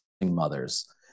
mothers